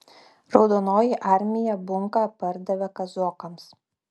raudonoji armija bunką pardavė kazokams